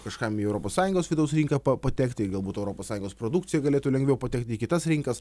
kažkam į europos sąjungos vidaus rinką pa patekti galbūt europos sąjungos produkcija galėtų lengviau patekti į kitas rinkas